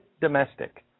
domestic